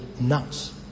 nuts